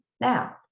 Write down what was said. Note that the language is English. Now